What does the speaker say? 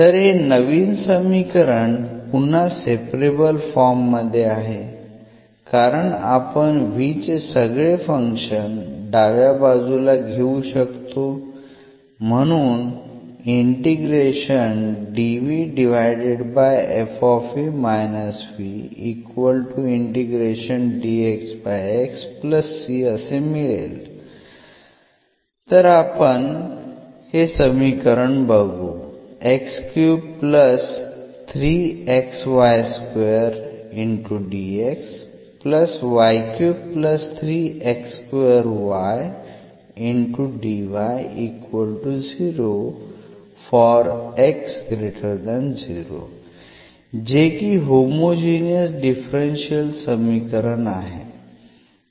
तर हे नवीन समीकरण पुन्हा सेपरेबल फॉर्म मध्ये आहे कारण आपण v चे सगळे फंक्शन डाव्या बाजूला घेऊ शकतो म्हणून तर आपण हे समीकरण बघू जे की होमोजिनियस डिफरन्शियल समीकरण आहे